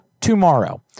tomorrow